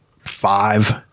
five